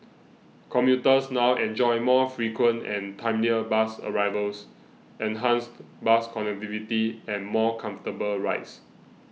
commuters now enjoy more frequent and timelier bus arrivals enhanced bus connectivity and more comfortable rides